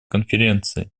конференции